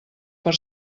per